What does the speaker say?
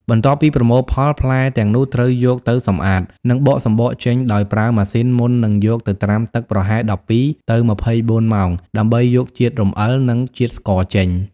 បន្ទាប់ពីប្រមូលផល ផ្លែទាំងនោះត្រូវយកទៅសម្អាត និងបកសំបកចេញដោយប្រើម៉ាស៊ីនមុននឹងយកទៅត្រាំទឹកប្រហែល ១២ ទៅ ២៤ ម៉ោង ដើម្បីយកជាតិរំអិល និងជាតិស្ករចេញ។